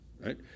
right